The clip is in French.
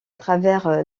travers